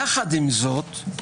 יחד עם זאת,